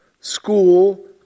school